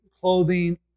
clothing